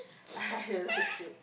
I like it